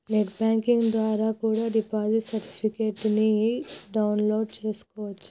net banking ద్వారా కూడా deposit certificates ని డౌన్ లోడ్ చేస్కోవచ్చు